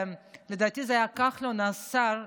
לדעתי זה היה אז השר כחלון,